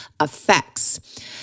effects